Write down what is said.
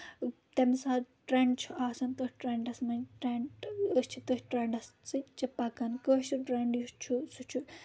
تمہِ ساتہٕ ٹرینڈ چھُ آسَان تٔتھۍ ٹرینٛڈَس منٛز ٹرینٛڈ أسۍ چھِ تٔتھۍ ٹرٛؠنٛڈَس سۭتۍ چھِ پَکان کٲشُر ٹرٛؠنٛڈ یُس چھُ سُہ چھُ